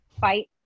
fight